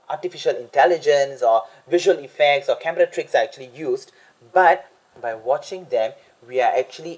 artificial intelligence or visual effects or camera tricks are actually used but by watching them we are actually